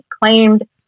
claimed